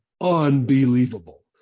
unbelievable